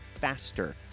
faster